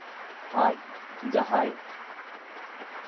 ᱟᱡ ᱡᱟᱦᱟᱸᱭ